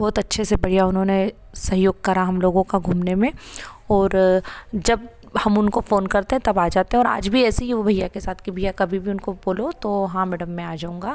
बहुत अच्छे से भइया उन्होंने सहयोग करा हम लोगों का घूमने में और जब हम उनको फ़ोन करते है तब आ जाते है और आज भी ऐसे ही हुआ भइया के साथ कि भइया कभी भी उनको बोलो तो हाँ मेडम मैं आ जाऊँगा